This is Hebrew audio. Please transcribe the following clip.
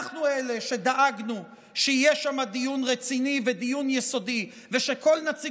אנחנו אלה שדאגנו שיהיה שם דיון רציני ודיון יסודי ושכל נציג